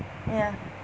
ya